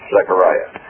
Zechariah